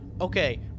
okay